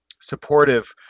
supportive